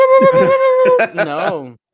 No